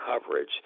coverage